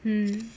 mm